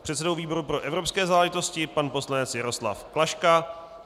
předsedou výboru pro evropské záležitosti pan poslanec Jaroslav Klaška,